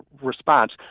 response